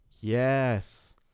Yes